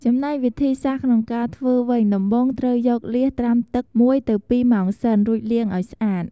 ចំណែកវិធីសាស្រ្តក្នុងការធ្វើវិញ ដំបូងត្រូវយកលៀសត្រាំទឹក១ទៅ២ម៉ោងសិន រួចលាងឲ្យស្អាត។